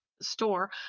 store